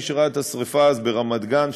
מי שראה את השרפה אז ברמת גן,